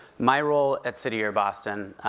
my role at city year boston,